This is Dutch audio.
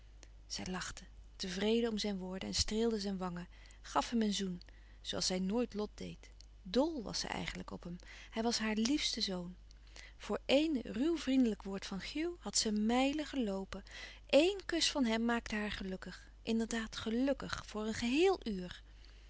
zij lachte tevreden om zijn woorden en streelde zijn wangen gaf hem een zoen zoo als zij nooit lot deed dl was zij eigenlijk louis couperus van oude menschen de dingen die voorbij gaan op hem hij was haar liefste zoon voor één ruw vriendelijk woord van hugh had ze mijlen geloopen één kus van hem maakte haar gelukkig inderdaad gelukkig voor een geheel uur